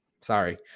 Sorry